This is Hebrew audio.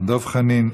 דב חנין,